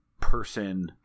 person